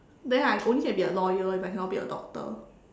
then I only can be a lawyer if I cannot be a doctor